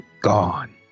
gone